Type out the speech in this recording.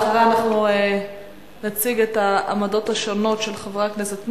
אחריה נציג את העמדות השונות של חבר הכנסת מולה,